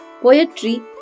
poetry